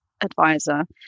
advisor